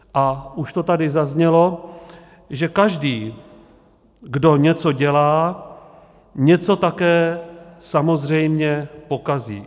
A už to tady zaznělo, že každý, kdo něco dělá, něco také samozřejmě pokazí.